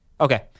Okay